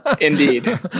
Indeed